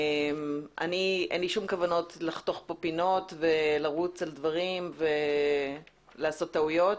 אין לי שום כוונות לחתוך פינות ולרוץ על דברים ולעשות טעויות,